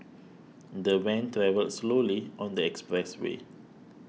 the van travelled slowly on the expressway